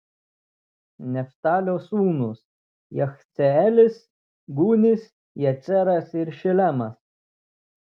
neftalio sūnūs jachceelis gūnis jeceras ir šilemas